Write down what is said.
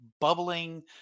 bubbling